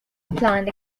plant